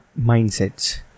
mindsets